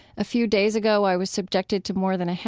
a few days ago, i was subjected to more than a,